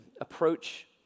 approach